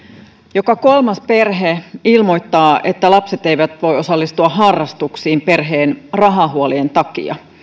joka kolmas perhe ilmoittaa että lapset eivät voi osallistua harrastuksiin perheen rahahuolien takia